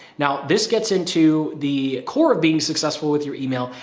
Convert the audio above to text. now, this gets into the core of being successful with your email.